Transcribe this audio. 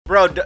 Bro